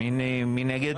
מי נגד?